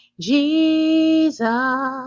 Jesus